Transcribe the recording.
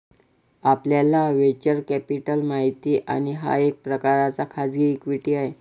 आपल्याला venture capital माहित आहे, हा एक प्रकारचा खाजगी इक्विटी आहे